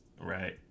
Right